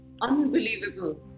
unbelievable